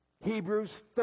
Hebrews